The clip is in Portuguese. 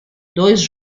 dois